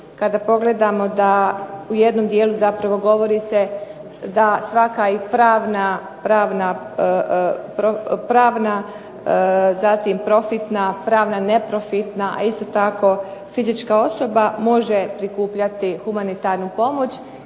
kada pogledamo da u jednom dijelu govori se da svaka pravna zatim profitna, neprofitna a isto tako fizička osoba može prikupljati humanitarnu pomoć,